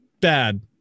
bad